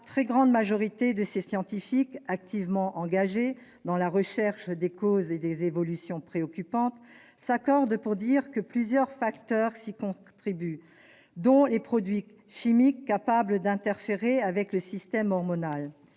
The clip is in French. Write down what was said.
La très grande majorité des scientifiques activement engagés dans la recherche des causes de ces évolutions préoccupantes s'accordent pour dire que plusieurs facteurs y contribuent, dont les produits chimiques capables d'interférer avec le système hormonal